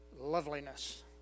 loveliness